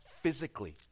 physically